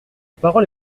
parole